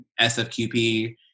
SFQP